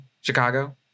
Chicago